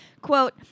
Quote